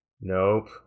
Nope